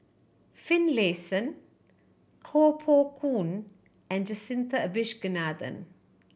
Finlayson Koh Poh Koon and Jacintha Abisheganaden